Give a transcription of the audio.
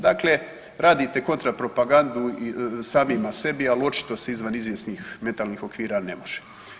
Dakle, raditi kontra propagandu samima sebi, ali očito se izvan izvjesnih mentalnih okvira ne može.